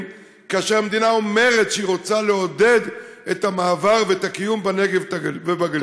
כאשר המדינה אומרת שהיא רוצה לעודד את המעבר ואת הקיום בנגב ובגליל.